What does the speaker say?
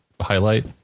highlight